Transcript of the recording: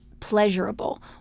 pleasurable